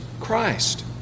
Christ